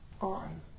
on